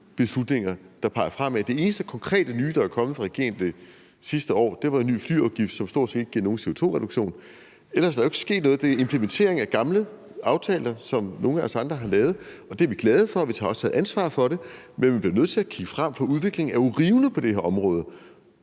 beslutninger, der peger fremad. Det eneste konkrete nye, der er kommet fra regeringen sidste år, var en ny flyafgift, som stort set ikke giver nogen CO2-reduktion. Ellers er der jo ikke sket noget. Det er implementering af gamle aftaler, som nogle af os andre har indgået, og det er vi glade for, og vi har også taget ansvar for det, men vi bliver nødt til at kigge frem, for der sker jo en rivende udvikling på det her område,